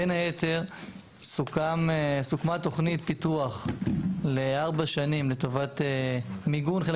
בין היתר סוכמה תכנית פיתוח לארבע שנים לטובת מיגון חלק